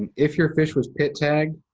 if your fish was pit tagged,